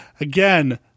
again